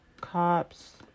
cops